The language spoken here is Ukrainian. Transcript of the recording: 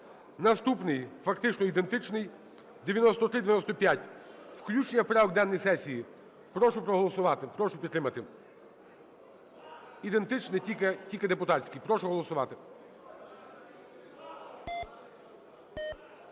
Наступний, фактично ідентичний: 9395. Включення в порядок денний сесії. Прошу проголосувати, прошу підтримати. Ідентичний, тільки депутатський. Прошу голосувати.